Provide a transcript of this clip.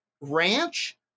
ranch